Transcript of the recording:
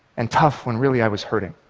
and tough when really i was hurting.